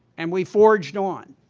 and we forged on.